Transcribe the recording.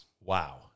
Wow